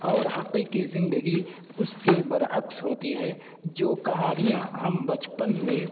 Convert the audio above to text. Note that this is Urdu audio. اور حقیقی زندگی اس کے برعکس ہوتی ہے جو کہانیاں ہم بچپن میں